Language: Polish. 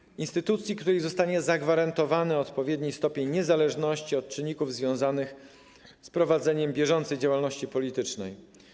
Chodzi o instytucję, w której zostanie zagwarantowany odpowiedni stopień niezależności od czynników związanych z prowadzeniem bieżącej działalności politycznej.